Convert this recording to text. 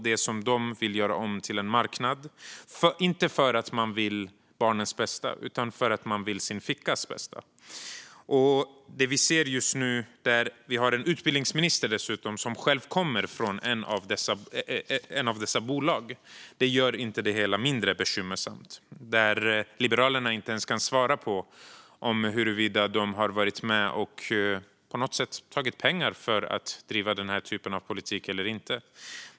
Bolagen vill göra om det till en marknad, inte därför att de vill barnens bästa utan därför att de vill sin fickas bästa. Att vi nu dessutom har en utbildningsminister som själv kommer från ett av dessa bolag gör inte det hela mindre bekymmersamt. Liberalerna kan inte ens svara på om de har tagit emot pengar för att driva denna politik eller inte.